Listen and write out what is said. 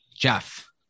Jeff